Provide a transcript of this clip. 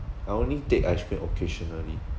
I only take ice cream occasionally